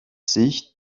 sich